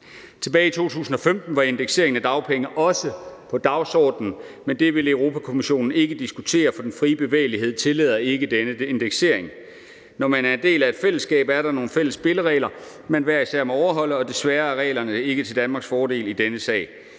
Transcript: Tilbage i 2015 var indeksering af dagpenge også på dagsordenen, men det ville Europa-Kommissionen ikke diskutere, for den frie bevægelighed tillader ikke denne indeksering. Når man er en del af et fællesskab, er der nogle fælles spilleregler, man hver især må overholde, og desværre er reglerne ikke til Danmarks fordel i denne sag,